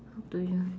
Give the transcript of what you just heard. up to you